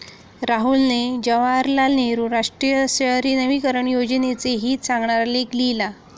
राहुलने जवाहरलाल नेहरू राष्ट्रीय शहरी नवीकरण योजनेचे हित सांगणारा लेख लिहिला